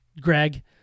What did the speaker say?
Greg